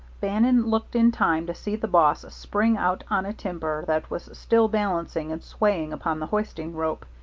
bannon looked in time to see the boss spring out on a timber that was still balancing and swaying upon the hoisting rope.